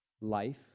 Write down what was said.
life